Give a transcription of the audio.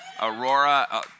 Aurora